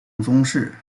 宗室